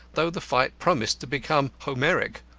though the fight promised to become homeric.